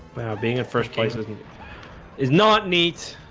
being in first place isn't it's not neat